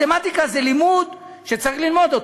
מתמטיקה זה לימוד שצריך ללמוד,